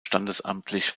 standesamtlich